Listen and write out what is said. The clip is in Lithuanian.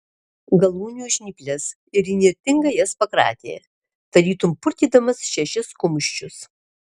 galūnių žnyples ir įnirtingai jas pakratė tarytum purtydamas šešis kumščius